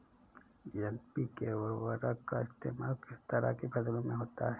NPK उर्वरक का इस्तेमाल किस तरह की फसलों में होता है?